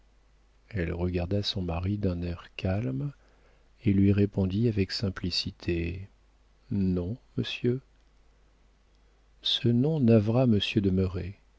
elle regarda son mari d'un air calme et lui répondit avec simplicité non monsieur ce non navra